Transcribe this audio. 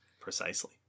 Precisely